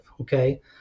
Okay